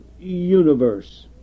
universe